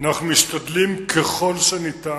אנחנו משתדלים ככל שניתן,